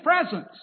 presence